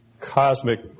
cosmic